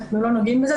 אנחנו לא נוגעים בזה,